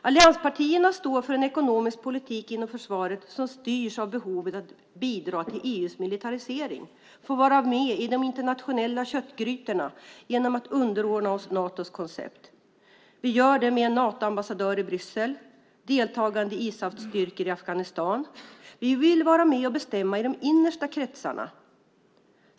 Allianspartierna står för en ekonomisk politik inom Försvaret som styrs av behovet att bidra till EU:s militarisering, att få vara med i de internationella köttgrytorna och underordna sig Natos koncept. Vi gör det med en Natoambassadör i Bryssel och deltagande i Isafstyrkor i Afghanistan. Vi vill vara med och bestämma i de innersta kretsarna.